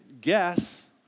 guess